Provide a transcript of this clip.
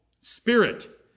spirit